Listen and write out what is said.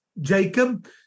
Jacob